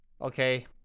okay